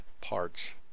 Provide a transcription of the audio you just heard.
parts